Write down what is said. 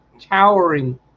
towering